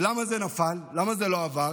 למה זה נפל, למה זה לא עבר?